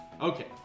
Okay